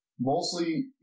mostly